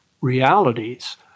realities